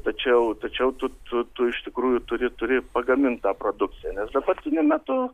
tačiau tačiau tu tu tu iš tikrųjų turi turi pagamintą produkciją nes dabartiniu metu